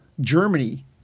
Germany